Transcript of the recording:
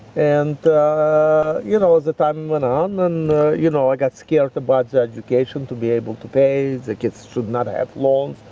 and you know the time went on, and you know i got scared about but education, to be able to pay, the kids should not have loans,